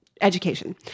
Education